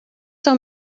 são